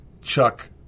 Chuck